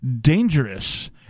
dangerous